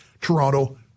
Toronto